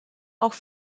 auch